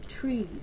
trees